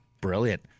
Brilliant